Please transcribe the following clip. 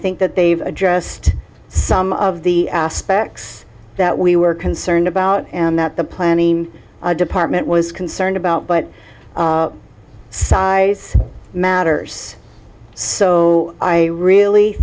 think that they've addressed some of the aspects that we were concerned about and that the planning department was concerned about but size matters so i really